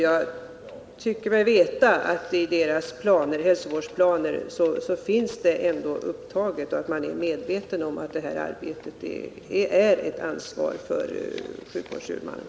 Jag tycker mig veta att denna rådgivning finns upptagen i deras hälsovårdsplaner och att ansvaret för det här arbetet vilar på sjukvårdshuvudmännen.